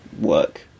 work